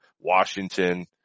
Washington